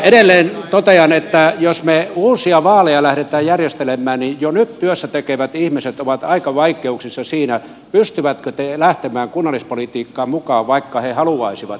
edelleen totean että jos me uusia vaaleja lähdemme järjestelemään niin jo nyt työtä tekevät ihmiset ovat aika lailla vaikeuksissa siinä pystyvätkö he lähtemään kunnallispolitiikkaan mukaan vaikka he haluaisivat